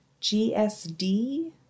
GSD